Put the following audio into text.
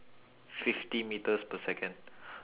fifty metres per second